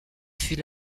fut